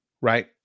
right